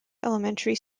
elementary